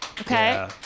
Okay